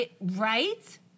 right